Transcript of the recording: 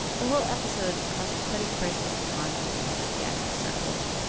the whole episode caused quite a crises of conscience in psychiatric circles.